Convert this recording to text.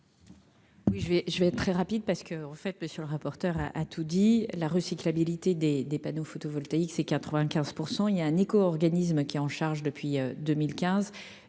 je vais être très rapide parce que, en fait, monsieur le rapporteur a a tout dit la Russie qui l'habilité des des panneaux photovoltaïques, c'est 95 % il y a un éco-organisme qui est en charge depuis 2015